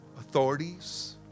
authorities